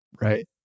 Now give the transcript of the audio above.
Right